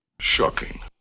Shocking